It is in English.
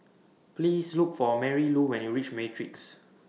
Please Look For Marylou when YOU REACH Matrix